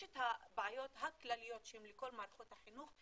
יש את הבעיות הכלליות של מערכת החינוך,